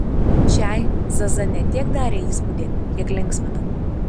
šiai zaza ne tiek darė įspūdį kiek linksmino